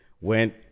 Went